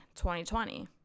2020